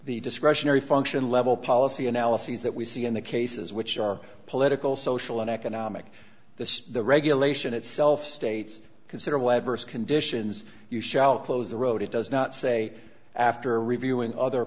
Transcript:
the discretionary function level policy analyses that we see in the cases which are political social and economic this the regulation itself states considerable adverse conditions you shall close the road it does not say after reviewing other